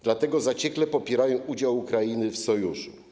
Dlatego zaciekle popierają udział Ukrainy w Sojuszu.